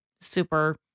super